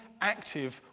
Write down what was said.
active